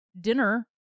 dinner